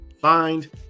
Find